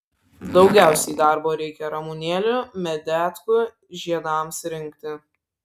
daugiausiai darbo reikia ramunėlių medetkų žiedams rinkti